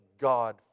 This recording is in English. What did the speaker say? God